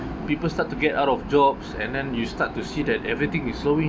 people start to get out of jobs and then you start to see that everything is slowing